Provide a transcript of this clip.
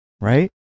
right